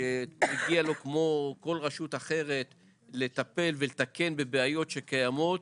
שמגיע לו כמו כל רשות אחרת לטפל ולתקל בבעיות שקיימות,